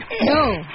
No